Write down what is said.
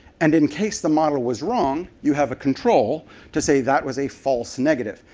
and in case the model was wrong, you have a control to say that was a false negative.